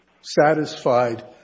satisfied